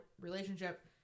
relationship